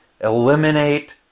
Eliminate